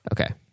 Okay